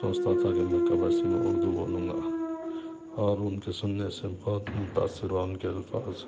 سوچتا تھا کہ میں کب ایسی اُردو بولوں گا اور اُن کے سُننے سے بہت متاثر ہُوا اُن کے الفاظ